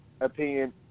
opinion